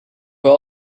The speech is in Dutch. wel